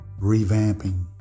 revamping